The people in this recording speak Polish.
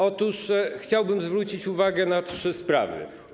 Otóż chciałbym zwrócić uwagę na trzy sprawy.